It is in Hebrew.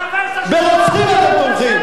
ברוצחים אתם תומכים.